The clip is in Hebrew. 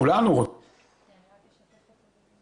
כשאנחנו נמצאים בשטח בצורה מקצועית,